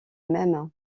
mêmes